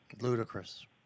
Ludicrous